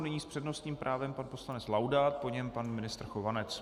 Nyní s přednostním právem pan poslanec Laudát, po něm pan ministr Chovanec.